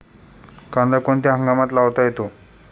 कांदा कोणत्या हंगामात लावता येतो?